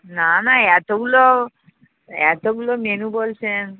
না না এতগুলো এতগুলো মেনু বলছেন